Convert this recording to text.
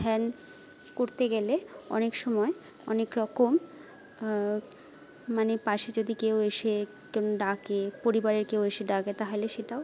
ধ্যান করতে গেলে অনেক সময় অনেক রকম মানে পাশে যদি কেউ এসে তো ডাকে পরিবারের কেউ এসে ডাকে তাহলে সেটাও